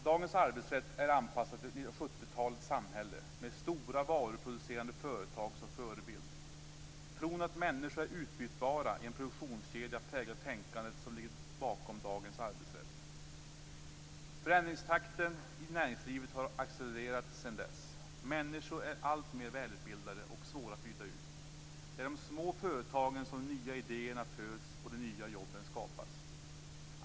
Dagens arbetsrätt är anpassad till 1970-talets samhälle med stora varuproducerande företag som förebild. Tron att människor är utbytbara i en produktionskedja präglar tänkandet som ligger bakom dagens arbetsrätt. Förändringstakten i näringslivet har accelererat sedan dess. Människor är alltmer välutbildade och svåra att byta ut. Det är i de små företagen som de nya idéerna föds och de nya jobben skapas.